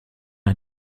ein